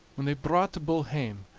when they brought the bull hame,